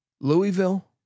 Louisville